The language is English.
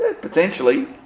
potentially